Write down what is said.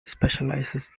specializes